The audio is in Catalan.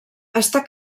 està